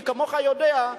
מי כמוך יודע,